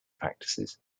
practices